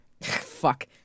fuck